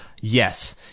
yes